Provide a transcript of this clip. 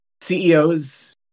CEOs